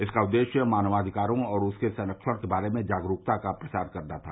इसका उद्देश्य मानवाधिकारों और उनके संख्यण के बारे में जागरूकता का प्रसार करना था